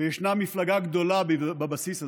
וישנה מפלגה גדולה בבסיס הזה.